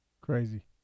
Crazy